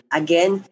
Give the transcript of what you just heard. again